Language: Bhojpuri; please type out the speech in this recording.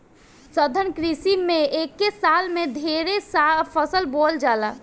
सघन कृषि में एके साल में ढेरे फसल बोवल जाला